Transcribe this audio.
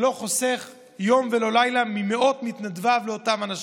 שלא חוסך יום ולא לילה ממאות מתנדביו לאותם אנשים.